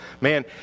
Man